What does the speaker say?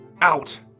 Out